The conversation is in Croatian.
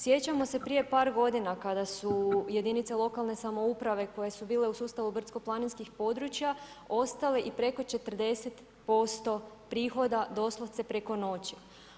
Sjećamo se prije par godina kada su jedinice lokalne samouprave koje su bile u sustavu brdsko-planinskih područja, ostale i preko 40% prihoda doslovce preko noći.